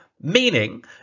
meaning